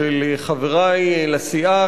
של חברי לסיעה,